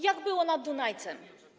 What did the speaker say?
Jak było nad Dunajcem?